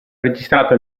registrato